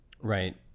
Right